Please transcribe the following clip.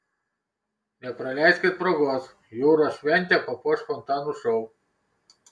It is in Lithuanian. nepraleiskit progos jūros šventę papuoš fontanų šou